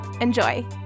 Enjoy